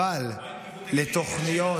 אבל לתוכניות,